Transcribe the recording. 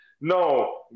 No